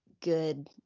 good